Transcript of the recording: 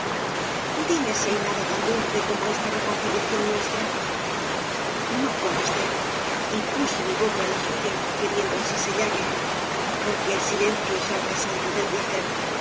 dime si hay nada tan dulce como esta reconciliación nuestra no contesté y puse mi boca en la suya queriendo así sellarla porque el silencio es arca santa del placer